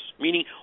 meaning